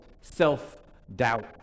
self-doubt